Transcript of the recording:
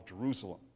Jerusalem